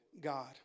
God